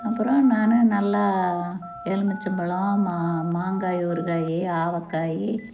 அப்புறோம் நான் நல்லா எலுமிச்சம்பழம் மா மாங்காய் ஊறுகாய் ஆவக்காய்